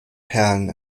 perlen